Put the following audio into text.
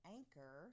Anchor